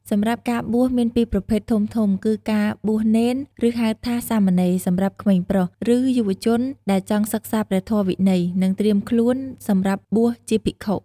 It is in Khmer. សម្រាប់ការបួសមានពីរប្រភេទធំៗគឺការបួសនេន ឬហៅថា សាមណេរ សម្រាប់ក្មេងប្រុស ឬយុវជនដែលចង់សិក្សាព្រះធម៌វិន័យ និងត្រៀមខ្លួនសម្រាប់បួសជាភិក្ខុ។